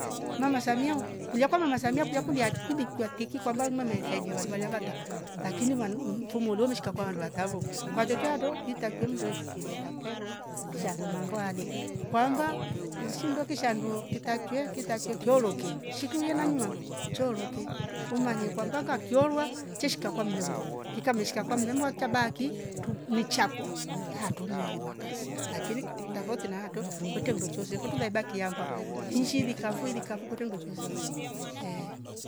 Mama samia ohh kujiakwa mma samia kuja kundi arrk arkundi twatiki kwamba umamma weikaida vandu walevata lakini vandu mhh mfumolo loshika kwa handu yatavo kwa jojoato itakiye mndweshikiria daka ivooi shando mambwale kwamba hushindokisha ndoo kitachwe kitachwee chooroke shiku yena ngaamovo chooroke umanye kwambaka kiorwa tishka kwamlengwa kikameshika kwa mlenga atabaki tub michakwa atumiilwi makasi lakini kiiu tafouti arto kute ndokchoze fo wetula ibaki amba, iinshi dikafo ilikafo fukute ndo choziango ehh.